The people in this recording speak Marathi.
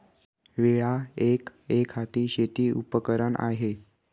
विळा एक, एकहाती शेती उपकरण आहे